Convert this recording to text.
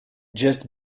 just